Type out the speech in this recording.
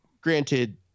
granted